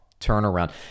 turnaround